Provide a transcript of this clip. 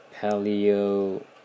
paleo